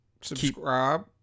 Subscribe